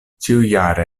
ĉiujare